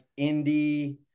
indie